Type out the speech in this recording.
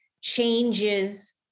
changes